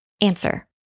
Answer